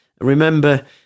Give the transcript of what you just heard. Remember